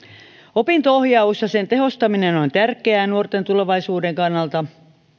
opinto ohjaus ja sen tehostaminen on tärkeää nuorten tulevaisuuden kannalta